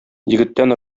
егеттән